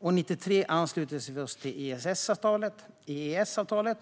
År 1993 anslöt sig Sverige till EES-avtalet,